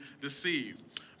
deceived